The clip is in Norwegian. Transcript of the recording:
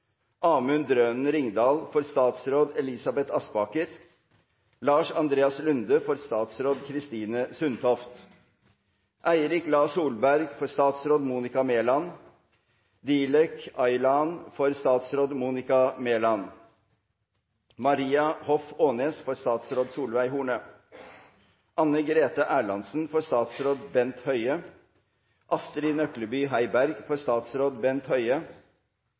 Amund Drønen Ringdal, for statsråd Elisabeth Aspaker Lars Andreas Lunde, for statsråd Kristine Sundtoft Eirik Lae Solberg, for statsråd Monica Mæland Dilek Ayhan, for statsråd Monica Mæland Maria Hoff Aanes, for statsråd Solveig Horne Anne Grethe Erlandsen, for statsråd Bent Høie Astrid Nøkleby Heiberg, for statsråd Bent Høie